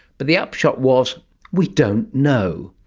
but the upshot was we don't know.